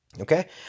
Okay